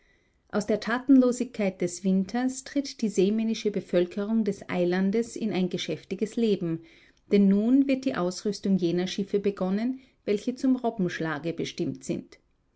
aus der tatenlosigkeit des winters tritt die seemännische bevölkerung des eilandes in ein geschäftiges leben denn nun wird die ausrüstung jener schiffe begonnen welche zum robbenschlage bestimmt sind